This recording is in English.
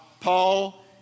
Paul